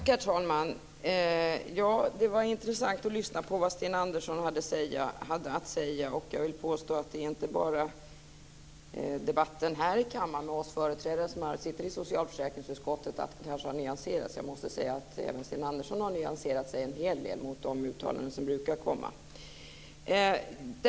Herr talman! Det var intressant att lyssna på vad Sten Andersson hade att säga. Jag vill påstå att det inte bara är debatten här i kammaren med oss företrädare som sitter i socialförsäkringsutskottet som kanske har nyanserats. Jag måste säga att även Sten Andersson har nyanserat sig en hel del jämfört med de uttalanden han brukar komma med.